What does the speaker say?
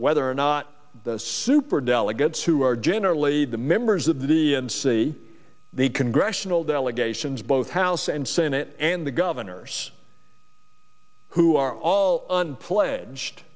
whether or not the super delegates who are generally the members of the d n c the congressional delegations both house and senate and the governors who are all on pledged